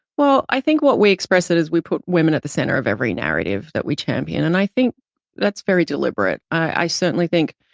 well, i think what we express is as we put women at the center of every narrative that we champion. and i think that's very deliberate. i certainly think,